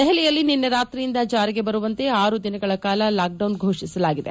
ದೆಹಲಿಯಲ್ಲಿ ನಿನ್ನೆ ರಾತ್ರಿಯಿಂದ ಜಾರಿಗೆ ಬರುವಂತೆ ಆರು ದಿನಗಳ ಕಾಲ ಲಾಕ್ಡೌನ್ ಘೋಷಿಸಲಾಗಿದೆ